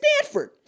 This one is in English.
Stanford